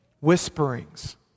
Whisperings